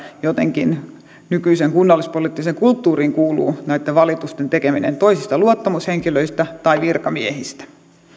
jotenkin nykyiseen kunnallispoliittiseen kulttuuriin kuuluu valitusten tekeminen toisista luottamushenkilöistä tai virkamiehistä